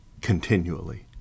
continually